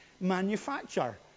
manufacture